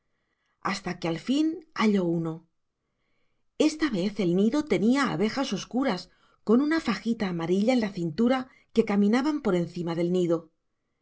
hasta que al fin halló uno esta vez el nido tenía abejas oscuras con una fajita amarilla en la cintura que caminaban por encima del nido